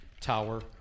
tower